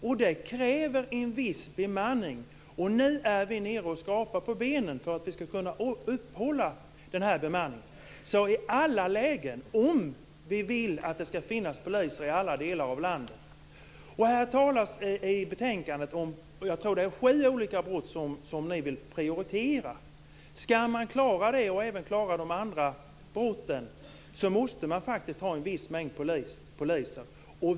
För detta krävs en viss bemanning, och vi är nu inne och skrapar på benen när det gäller möjligheterna att upprätthålla bemanningen, om vi vill att det skall finnas poliser i alla lägen och i alla delar av landet. I betänkandet anges att ni vill prioritera bekämpningen av sju olika brottskategorier. För att klara dessa och även de andra brotten måste man faktiskt ha en viss mängd poliser.